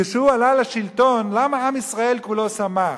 כשהוא עלה לשלטון, למה עם ישראל כולו שמח?